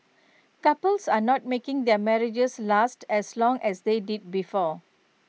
couples are not making their marriages last as long as they did before